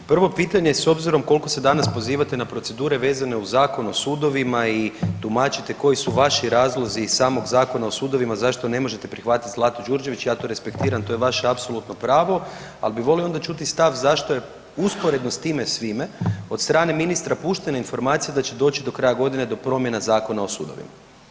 Prvo pitanje s obzirom koliko se danas pozivate na procedure vezano uz Zakon o sudovima i tumačite koji su vaši razlozi iz samog Zakona o sudovima zašto ne možete prihvatiti Zlatu Đurđević ja to respektiram to je vaše apsolutno pravo, ali bi volio onda čuti stav zašto je usporedno s time svime od strane ministra puštena informacija da će doći do kraja godine do promjena Zakona o sudovima.